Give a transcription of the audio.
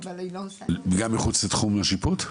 גם מחוץ לתחום השיפוט?